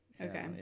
okay